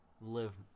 live